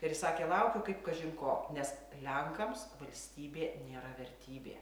ir jis sakė laukiau kaip kažin ko nes lenkams valstybė nėra vertybė